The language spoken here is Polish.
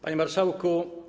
Panie Marszałku!